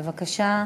בבקשה,